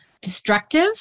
destructive